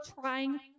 trying